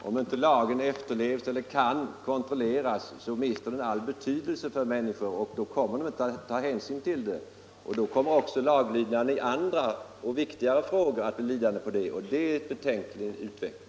Herr talman! Om inte lagen kan kontrolleras mister den all betydelse för människor och de kommer inte att ta hänsyn till den. Då kommer också laglydnaden i andra och viktigare frågor att bli lidande på det, och detta är en betänklig utveckling.